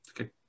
Okay